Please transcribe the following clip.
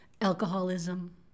alcoholism